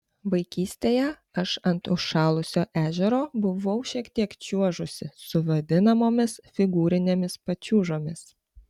vaikystėje aš ant užšalusio ežero buvau šiek tiek čiuožusi su vadinamomis figūrinėmis pačiūžomis